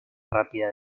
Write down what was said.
rápida